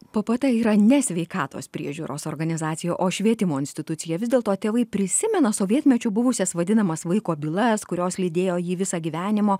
p p t yra ne sveikatos priežiūros organizacija o švietimo institucija vis dėlto tėvai prisimena sovietmečiu buvusias vadinamas vaiko bylas kurios lydėjo jį visą gyvenimo